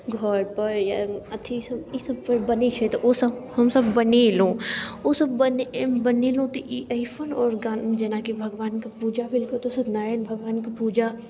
घर पर या अथि सब ई सब पर बनैत छै तऽ ओ सब हमसब बनेलहुँ ओ सब बने बनेलहुँ तऽ ई अरिपण आओर जेनाकी भगवानके पूजा भेल कतहुँ सत्यनारायण भगवानके पूजा